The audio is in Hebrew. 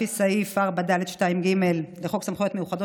לפי סעיף 4(ד)(2)(ג) לחוק סמכויות מיוחדות